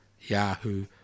Yahoo